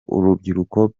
urubyiruko